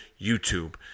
YouTube